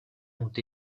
ont